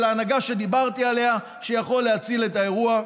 ההנהגה שדיברתי עליה שיכול להציל את האירוע.